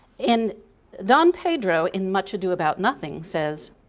in don pedro, in much ado about nothing says,